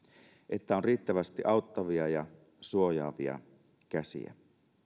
että on riittävästi auttavia ja suojaavia käsiä